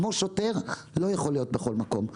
פקח, כמו שוטר, לא יכול להיות בכל מקום.